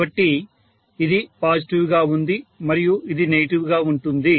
కాబట్టి ఇది పాజిటివ్ గా ఉంది మరియు ఇది నెగిటివ్ గా ఉంటుంది